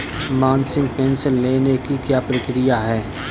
मासिक पेंशन लेने की क्या प्रक्रिया है?